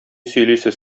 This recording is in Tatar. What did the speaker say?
сөйлисез